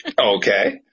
Okay